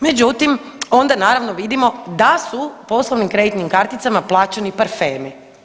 Međutim, onda naravno vidimo da su poslovnim kreditnim karticama plaćani parfemi.